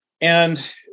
And-